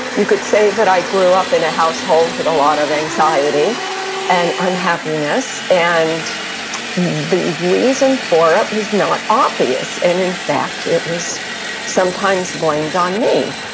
you could say that i grew up in a household with a lot of anxiety and unhappiness. and the reason for it was not obvious, and in fact it was sometimes blamed on me.